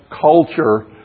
culture